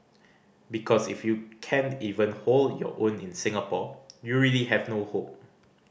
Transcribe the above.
because if you can't even hold your own in Singapore you really have no hope